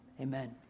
amen